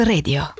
Radio